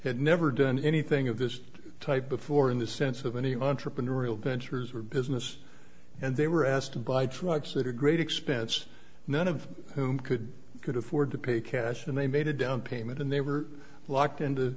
never done anything of this type before in the sense of any entrepreneurial ventures or business and they were asked by trucks that are great expense none of whom could could afford to pay cash and they made a down payment and they were locked into